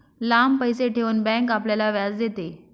लांब पैसे ठेवून बँक आपल्याला व्याज देते